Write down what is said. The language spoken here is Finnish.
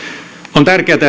on tärkeätä